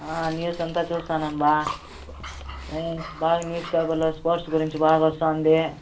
news అంతా చూస్తున్నాను బావ బాగా న్యూస్పేపర్లో స్పోర్ట్స్ గురించి బాగా వస్తు ఉంది